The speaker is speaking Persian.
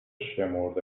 شمرده